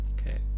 Okay